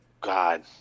God